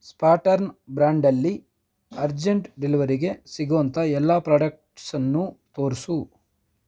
Spartan ಬ್ರ್ಯಾಂಡಲ್ಲಿ urgent ಡೆಲಿವರಿಗೆ ಸಿಗುವಂಥ ಎಲ್ಲ ಪ್ರಾಡಕ್ಟ್ಸನ್ನೂ ತೋರಿಸು